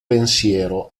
pensiero